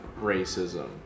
racism